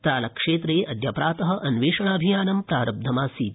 त्रालक्षेत्रे अद्य प्रात अन्वेषणाभियान प्रारब्धमासीत्